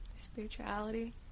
spirituality